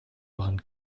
waren